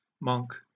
monk